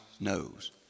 knows